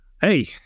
Hey